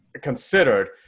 considered